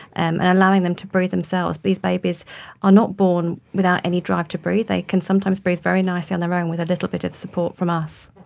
and allowing them to breathe themselves. these babies are not born without any drive to breathe, they can sometimes breathe very nicely on their own with a little bit of support from us.